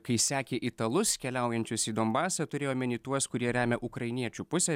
kai sekė italus keliaujančius į donbasą turėjo omeny tuos kurie remia ukrainiečių pusę